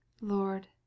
Lord